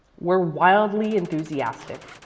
were wildly enthusiastic.